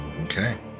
Okay